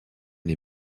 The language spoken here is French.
les